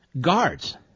guards